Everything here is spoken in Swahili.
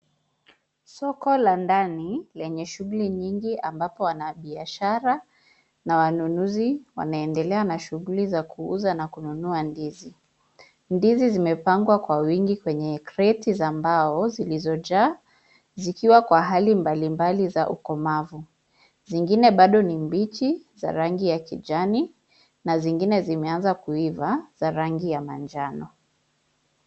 Soko la ndani lenye shughuli nyingi ambapo wanabiashara na wanunuzi wanaendelea na shughuli za kuuza na kununua ndizi. Ndizi zimepangwa kwa wingi kwenye kreti za mbao zilizojaa zikiwa kwa hali mbalimbali za ukomavu. Zingine bado ni mbichi za rangi ya kijani na zingine zimeanza kuiva za rangi ya manjano.